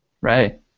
Right